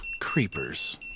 Creepers